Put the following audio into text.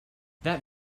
that